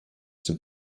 zum